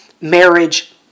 marriage